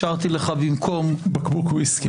השארתי לך במקום --- בקבוק ויסקי.